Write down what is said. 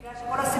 כי כל הסבסוד,